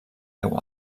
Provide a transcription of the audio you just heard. veu